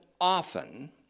often